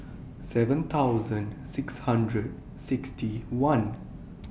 seven thousand six hundred sixty one